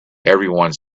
everyone